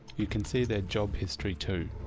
you can see their job history too.